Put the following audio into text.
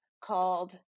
called